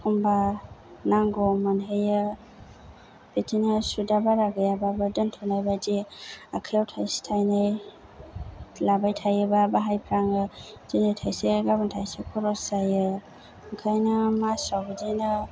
एखनबा नांगौआव मोनहैयो बिदिनो सुदआ बारा गैयाबाबो दोनथ'नाय बादि आखायाव थाइसे थाइनै लाबाय थायोबा बाहायफ्लाङो दिनै थाइसे गाबोन थाइसे ख'रस जायो ओंखायनो मासाव बिदिनो